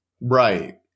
Right